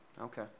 Okay